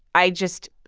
i just,